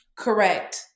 Correct